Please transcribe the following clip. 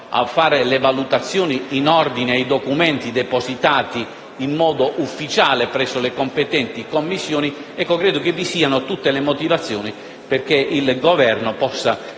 a fare le valutazioni in ordine ai documenti depositati in modo ufficiale presso le competenti Commissioni), credo che vi siano tutte le motivazioni perché il Governo possa